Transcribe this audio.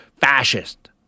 fascist